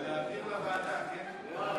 להעביר לוועדה, כן?